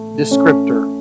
descriptor